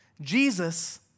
Jesus